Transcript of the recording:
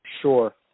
Sure